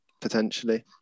potentially